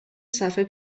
صفحه